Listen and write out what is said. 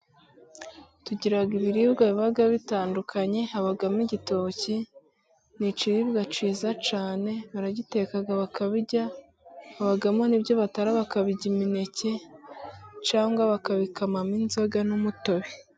Tugira ibiribwa biba bitandukanye, habamo igitoki, ni ikiribwa cyiza cyane, baragiteka bakabirya, habamo ni ibyo batara bakabirya imineke, cyangwa bakabikamamo inzoga n'umutobe.